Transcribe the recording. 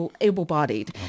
able-bodied